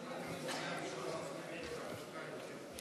גמלאות ופיצויים,